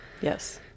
Yes